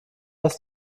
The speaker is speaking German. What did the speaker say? ist